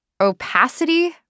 opacity